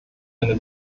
eine